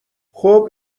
خوب